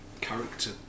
character